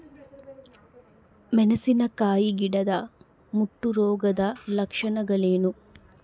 ಮೆಣಸಿನಕಾಯಿ ಗಿಡದ ಮುಟ್ಟು ರೋಗದ ಲಕ್ಷಣಗಳೇನು?